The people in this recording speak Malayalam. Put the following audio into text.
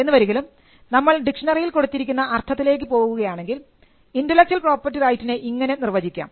എന്ന് വരികിലും നമ്മൾ ഡിക്ഷ്ണറിയിൽ കൊടുത്തിരിക്കുന്ന അർത്ഥത്തിലേക്ക് പോകുകയാണെങ്കിൽ ഇന്റെലക്ച്വൽ പ്രോപ്പർട്ടി റൈറ്റിനെ ഇങ്ങനെ നിർവചിക്കാം